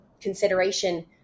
consideration